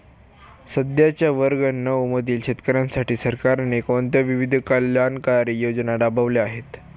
सध्याच्या वर्ग नऊ मधील शेतकऱ्यांसाठी सरकारने कोणत्या विविध कल्याणकारी योजना राबवल्या आहेत?